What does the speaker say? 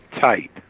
tight